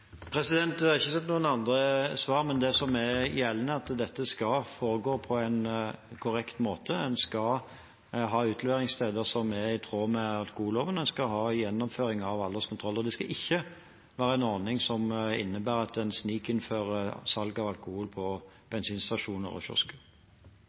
har ikke sendt noen andre svar, men det som er gjeldende, er at dette skal foregå på en korrekt måte. En skal ha utleveringssteder som er i tråd med alkoholloven, og en skal ha gjennomføring av alderskontroll. Det skal ikke være en ordning som innebærer at en snikinnfører salg av alkohol på